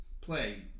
play